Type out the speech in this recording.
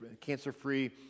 cancer-free